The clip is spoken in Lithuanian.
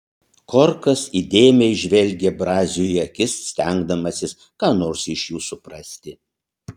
korkas įdėmiai žvelgė braziui į akis stengdamasis ką nors iš jų suprasti